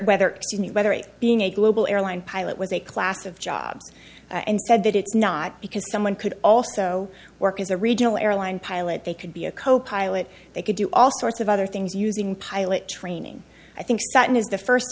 knew whether a being a global airline pilot was a class of jobs and said that it's not because someone could also work as a regional airline pilot they could be a copilot they could do all sorts of other things using pilot training i think that is the first